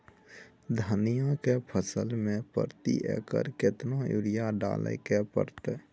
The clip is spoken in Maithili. धनिया के फसल मे प्रति एकर केतना यूरिया डालय के परतय?